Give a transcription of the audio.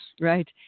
Right